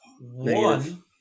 One